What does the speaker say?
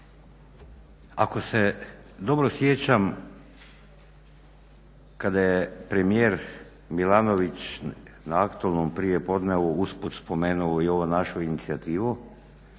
Ako se dobro sjećam kada je premijer Milanović na aktualnom prijepodnevu usput spomenuo i ovu našu inicijativu